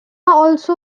also